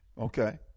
Okay